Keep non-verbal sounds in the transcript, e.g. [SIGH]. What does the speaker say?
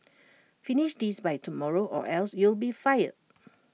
[NOISE] finish this by tomorrow or else you'll be fired